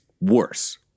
worse